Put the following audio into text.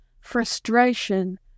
frustration